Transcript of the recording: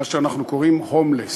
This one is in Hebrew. מי שאנחנו קוראים הומלס,